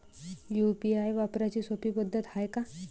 UPI वापराची सोपी पद्धत हाय का?